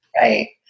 Right